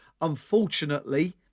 unfortunately